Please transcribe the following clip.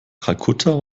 kalkutta